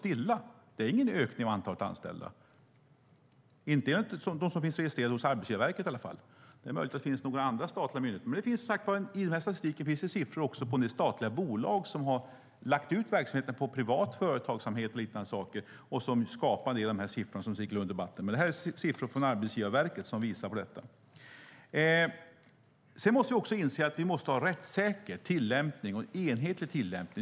Där är det är ingen ökning av antalet anställda, i alla fall inte enligt vad som finns registrerat hos Arbetsgivarverket - men det är ju möjligt att det finns andra statliga myndigheter. I statistiken finns som sagt också siffror från en del statliga bolag som har lagt ut verksamheten på privat företagsamhet och liknande. Det skapar en del av de siffror som cirkulerar i debatten, men det är siffror från Arbetsgivarverket som visar på detta. Sedan måste vi också inse att vi måste ha en rättssäker och enhetlig tillämpning.